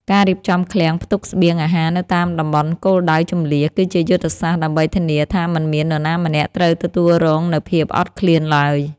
ការរៀបចំឃ្លាំងផ្ទុកស្បៀងអាហារនៅតាមតំបន់គោលដៅជម្លៀស គឺជាយុទ្ធសាស្ត្រដើម្បីធានាថាមិនមាននរណាម្នាក់ត្រូវទទួលរងនូវភាពអត់ឃ្លានឡើយ។